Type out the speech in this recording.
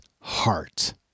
heart